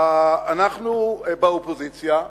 אנחנו באופוזיציה,